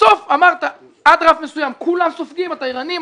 בסוף אמרת עד רף מסוים כולם סופגים התיירנים,